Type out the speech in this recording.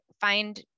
find